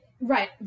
right